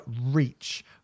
reach